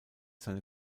seine